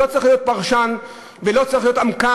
לא צריך להיות פרשן ולא צריך להיות עמקן,